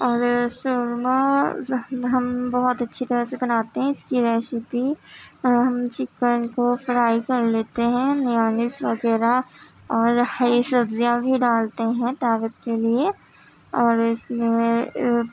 اور شورمہ ہم بہت اچھی طرح سے بناتے ہیں اس کی ریسیپی اور ہم چکن کو فرائی کر لیتے ہیں میانیز وغیرہ اور ہری سبزیاں بھی ڈالتے ہیں طاقت کے لیے اور اس میں